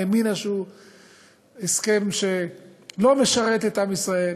האמינה שהוא הסכם שלא משרת את עם ישראל.